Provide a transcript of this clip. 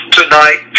tonight